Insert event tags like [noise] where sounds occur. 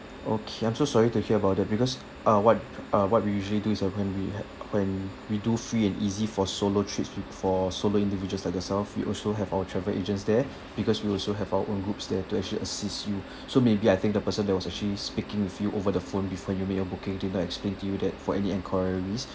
okay I'm so sorry to hear about that because uh what uh what we usually do is uh when we had when we do free and easy for solo trips with for solo individuals like yourself we also have our travel agents there because we also have our own groups there to actually assist you [breath] so maybe I think the person that was actually speaking with you over the phone before you made your booking did not explain to you that for any enquiries